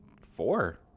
four